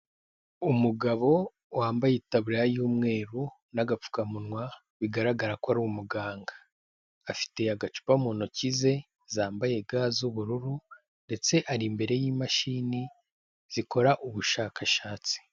Umugabo wambaye taburiya y'umweru n'agapfukamunwa bigaragara ko ari umuganga. Afite agacupa mu ntoki ze zambaye ga z'ubururu, ndetse ari imbere y'imashini zikora ubushakashatsi.